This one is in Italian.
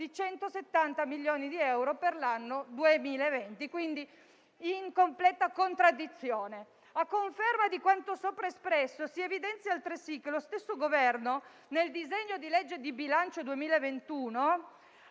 di 170 milioni di euro per l'anno 2020, quindi in completa contraddizione. A conferma di quanto sopra espresso, si evidenzia altresì che lo stesso Governo, nel disegno di legge di bilancio 2021,